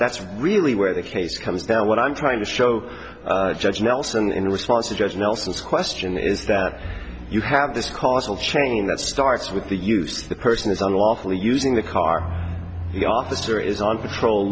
that's really where the case comes down what i'm trying to show judge nelson in response to judge nelson's question is that you have this causal chain that starts with the use the person is unlawfully using the car the officer is on patrol